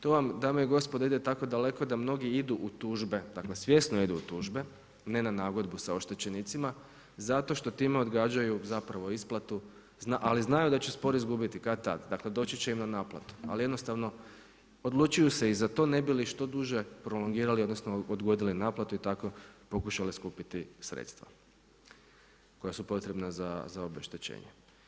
To vam dame i gospodo ide tako daleko da mnogi idu u tužbe, dakle svjesno idu u tužbe, dakle svjesno idu u tužbe, ne na nagodbu sa oštećenicima zato što time odgađaju zapravo isplatu ali znaju da će spor izgubiti kad-tad, dakle doći će im na naplatu ali jednostavno odlučuju se i za to ne bi li što duže prolongirali, odnosno odgodili naplatu i tak pokušali skupiti sredstva koja su potrebna za obeštećenje.